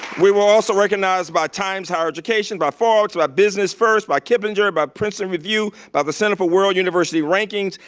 we were also recognized by times, higher education, by forbes, by business first, by kiplinger, by princeton review, by the center for world university rankings,